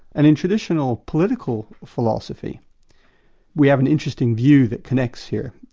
and in traditional political philosophy we have an interesting view that connects here.